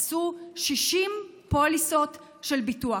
עשו 60 פוליסות של ביטוח.